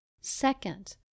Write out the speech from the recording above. Second